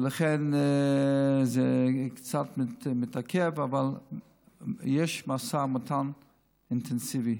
ולכן זה קצת מתעכב, אבל יש משא ומתן אינטנסיבי.